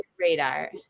radar